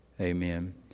amen